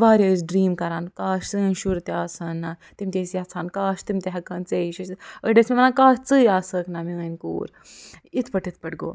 واریاہ ٲسۍ ڈریٖم کَران کاش سٲنۍ شُرۍ تہِ آسہٕ ہان نا تِم تہِ ٲسۍ یژھان کاش تِم تہِ ہٮ۪کہٕ ہَن ژےٚ ہِش ٲسِتھ أڑۍ ٲسۍ وَنان کاش ژٕے آسہٕ ہاکھ نا میٛٲنۍ کوٗر یِتھٕ پٲٹھۍ یِتھٕ پٲٹھۍ گوٚو